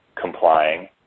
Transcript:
complying